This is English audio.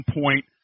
point